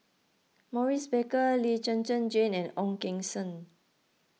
Maurice Baker Lee Zhen Zhen Jane and Ong Keng Sen